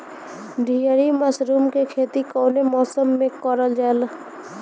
ढीघरी मशरूम के खेती कवने मौसम में करल जा?